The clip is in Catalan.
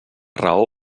raó